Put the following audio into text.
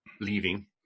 leaving